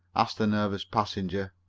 asked the nervous passenger.